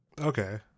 Okay